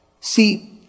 See